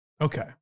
Okay